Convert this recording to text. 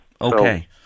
Okay